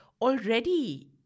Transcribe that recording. already